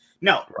No